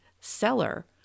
seller